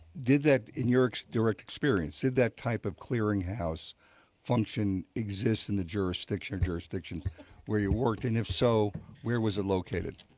did that, in your direct experience, did that type of clearinghouse function exist in the jurisdiction jurisdiction where you worked, and if so, where was it located?